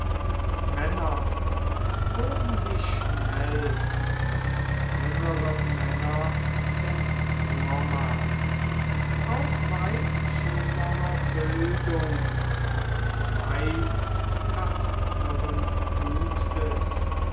männer wurden sie schnell und jüngere männer denn vormals auch weit schönerer bildung und weit erhabneren wuchses